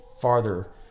farther